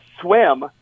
swim